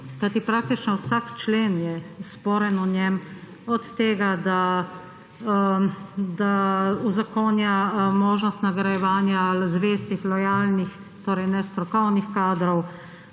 kajti praktično vsak člen v njem je sporen, od tega, da uzakonja možnost nagrajevanja zvestih, lojalnih, torej nestrokovnih kadrov,